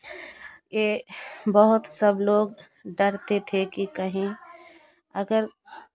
ये बहुत सब लोग डरते थे कि कहीं अगर